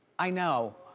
i know,